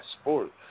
sport